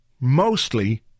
Mostly